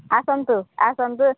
ଆସନ୍ତୁ ଆସନ୍ତୁ